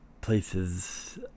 places